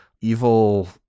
evil